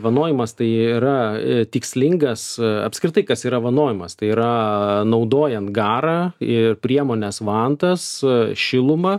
vanojimas tai yra tikslingas apskritai kas yra vanojimas tai yra naudojant garą ir priemones vantas šilumą